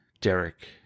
Derek